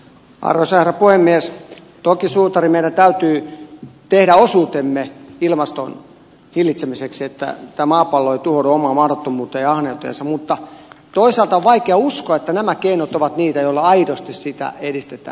toki suutari meidän täytyy tehdä osuutemme ilmaston hillitsemiseksi että tämä maapallo ei tuhoudu omaan mahdottomuuteensa ja ahneuteensa mutta toisaalta on vaikea uskoa että nämä keinot ovat niitä joilla aidosti sitä edistetään